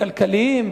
הכלכליים,